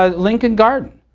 ah lincoln garden,